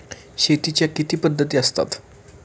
शेतीच्या किती पद्धती असतात?